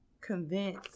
convince